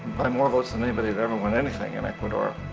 by more votes than anybody had ever won anything in ecuador.